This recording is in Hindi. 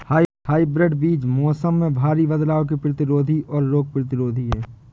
हाइब्रिड बीज मौसम में भारी बदलाव के प्रतिरोधी और रोग प्रतिरोधी हैं